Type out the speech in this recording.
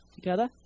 together